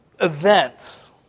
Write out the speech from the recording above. events